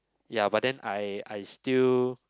ya but then I I still